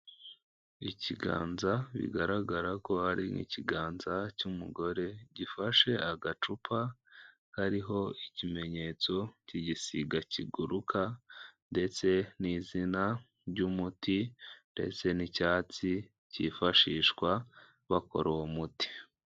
Ikiganza, bigaragara ko ari nk'ikiganza cy'umugore gifashe agacupa kariho ikimenyetso cy'igisiga kiguruka, ndetse n'izina ry'umuti, ndetse n'icyatsi cyifashishwa bakora uwo muti.